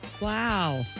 Wow